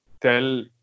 tell